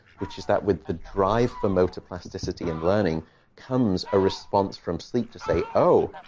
which is that with the drive for motor plasticity and learning comes a response from sleep to say, oh,